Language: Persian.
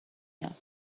یاد